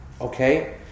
Okay